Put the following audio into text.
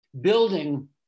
building